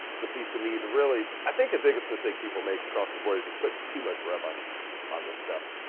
the piece of meat, and really, i think the biggest mistake people make across the board is is putting too much rub n ah and um this stuff.